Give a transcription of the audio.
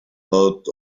out